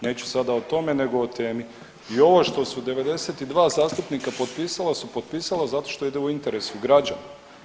Neću sada o tome nego o temi ovo što su 92 zastupnika potpisala su potpisala zato što ide u interesu građana.